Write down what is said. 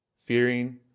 fearing